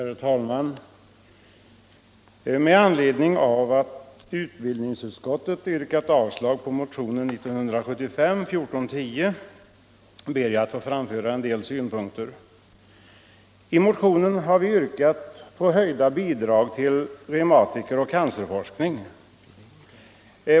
Herr talman! Med anledning av att utbildningsutskottet yrkat avslag på motionen 1975:1410 ber jag att få framföra en del synpunkter. I motionen har vi yrkat på höjda bidrag till den reumatologiska forskningen och cancerforskningen.